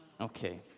Okay